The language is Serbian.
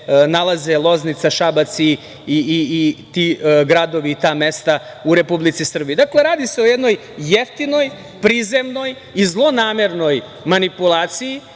nalaze Loznica, Šabac i ti gradovi i ta mesta u Republici Srbiji. Dakle, radi se o jednoj jeftinoj, prizemnoj i zlonamernoj manipulaciji